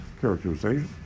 characterization